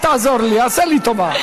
אל תעזור לי, עשה לי טובה.